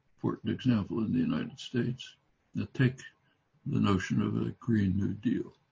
for example in the united states now take the notion of a green new deal.